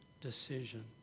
decision